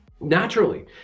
naturally